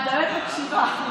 את באמת מקשיבה.